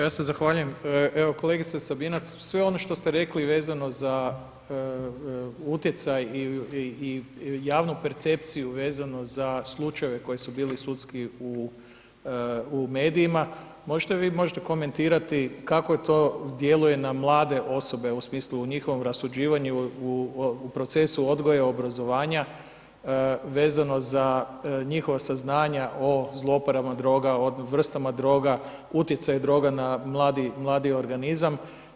Ja se zahvaljujem, evo, kolegice Sabina, sve ovo što ste rekli vezani za utjecaj i javnu percepciju vezano za slučajeve koji su bili sudski u medijima, možda vi možete komentirati kako to djeluje na mlade osobe, u smislu rasuđivanja, u procesu odgoja i obrazovanja, vezano za njihova saznanja o zlouporabama droga, o vrstama droga, utjecaj droga na mladi organizam.